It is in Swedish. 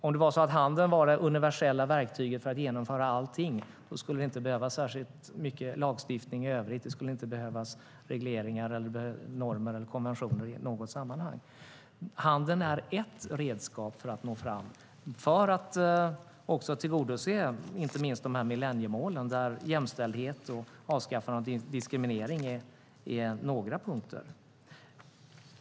Om handeln var det universella verktyget för att genomföra allting skulle vi inte behöva särskilt mycket lagstiftning i övrigt. Det skulle inte behövas regleringar eller normer eller konventioner i något sammanhang. Handeln är ett redskap för att nå fram och för att också tillgodose inte minst millenniemålen, där jämställdhet och avskaffandet av diskriminering är ett par punkter.